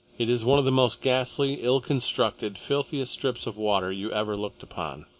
it is one of the most ghastly, ill-constructed, filthiest strips of water you ever looked upon.